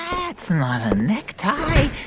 that's not a neck tie.